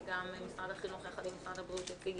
משרד החינוך יחד עם משרד הבריאות הציג